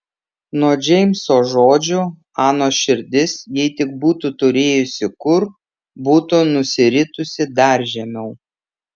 nuo džeimso žodžių anos širdis jei tik būtų turėjusi kur būtų nusiritusi dar žemiau